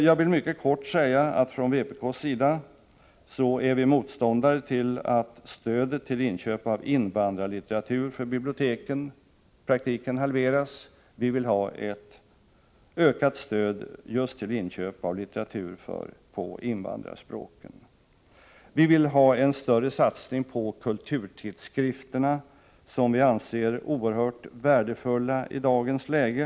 Jag vill mycket kort säga att från vpk:s sida är vi motståndare till att stödet till inköp av invandrarlitteratur för biblioteken i praktiken halveras. Vi vill ha ett ökat stöd just till inköp av litteratur på invandrarspråken. Vi vill också ha en större satsning på kulturtidskrifterna, som vi anser vara oerhört värdefulla i dagens läge.